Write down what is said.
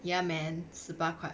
ya man 十八块